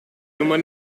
nummer